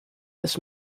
this